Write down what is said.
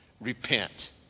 repent